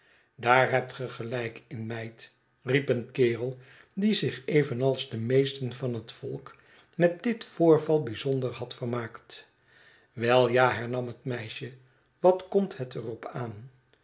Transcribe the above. daar hebt ge gelijk in meid riep een kerel die zich evenals de meesten van het volk met dit voorval bijzonder had vermaakt wel ja hernam het meisje wat komt het er op aan